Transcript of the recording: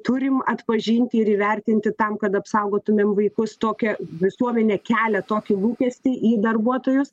turim atpažinti ir įvertinti tam kad apsaugotumėm vaikus tokia visuomenė kelia tokį lūkestį į darbuotojus